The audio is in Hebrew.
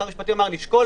שר המשפטים אמר: אשקול.